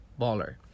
Baller